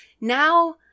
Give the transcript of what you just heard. Now